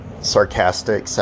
sarcastic